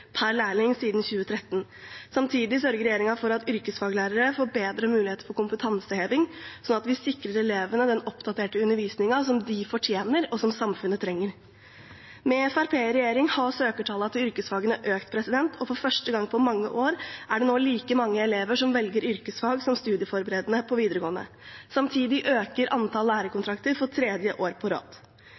per lærling siden 2013. Samtidig sørger regjeringen for at yrkesfaglærere får bedre mulighet for kompetanseheving, slik at vi sikrer elevene den oppdaterte undervisningen de fortjener, og som samfunnet trenger. Med Fremskrittspartiet i regjering har søkertallene til yrkesfagene økt, og for første gang på mange år er det nå like mange elever som velger yrkesfag som studieforberedende på videregående. Samtidig øker antall lærekontrakter for tredje år på rad.